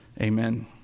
amen